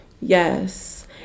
Yes